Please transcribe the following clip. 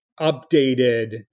updated